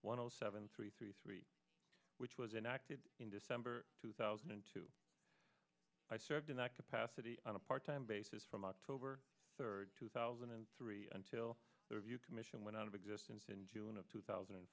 zero seven three three three which was enacted in december two thousand and two i served in that capacity on a part time basis from october third two thousand and three until their view commission went out of existence in june of two thousand and